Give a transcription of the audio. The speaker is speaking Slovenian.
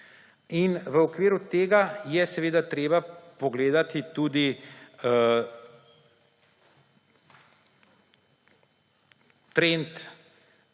in v okviru tega je seveda treba pogledati tudi trend